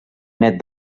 nét